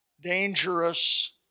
dangerous